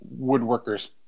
woodworkers